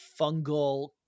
fungal